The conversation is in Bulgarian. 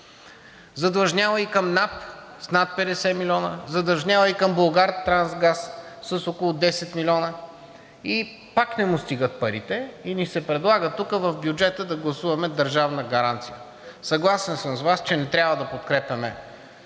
задлъжнял е към НАП с над 50 милиона, задлъжнял е и към „Булгартрансгаз“ с около 10 милиона, и пак не му стигат парите, а ни се предлага тук в бюджета да гласуваме държавна гаранция. Съгласен съм с Вас, че не трябва да подкрепяме